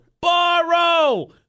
Borrow